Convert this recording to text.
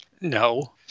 No